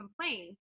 complain